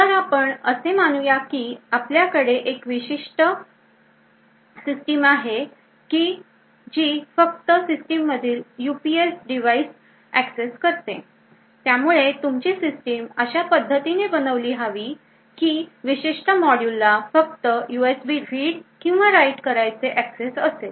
तर आपण असे मानूया की आपल्याकडे एक विशिष्ट आहे जे की फक्त सिस्टीम मधील UPS device access करते त्यामुळे तुमची सिस्टीम अशा पद्धतीने बनवलेली हवी की विशिष्ट मॉड्यूला फक्त USB read किंवा write करायचे access असेल